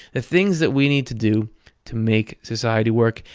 the things that we need to do to make society work,